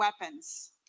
weapons